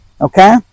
Okay